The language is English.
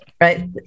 right